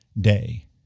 day